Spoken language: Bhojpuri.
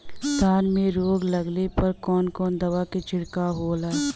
धान में रोग लगले पर कवन कवन दवा के छिड़काव होला?